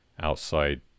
outside